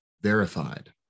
verified